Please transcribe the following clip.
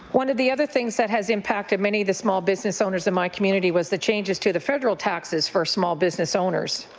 one of the other things that has impacted many of the small business owners in my community was the changes to the federal taxes for small business owners,